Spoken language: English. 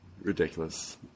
ridiculous